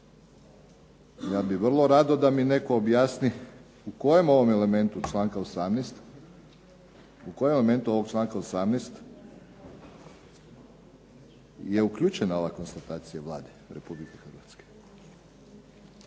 Ja bih volio da mi netko objasni u kojem ovo elementu članka 18. je uključena ova konstatacija Vlada Republike Hrvatske?